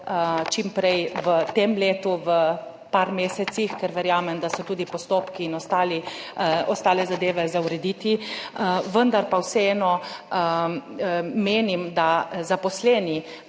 čim prej v tem letu, v nekaj mesecih, ker verjamem, da so tudi postopki in ostali ostale zadeve za urediti. Vendar pa vseeno menim, da zaposleni,